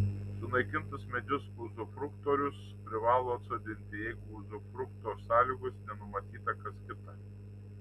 sunaikintus medžius uzufruktorius privalo atsodinti jeigu uzufrukto sąlygose nenumatyta kas kita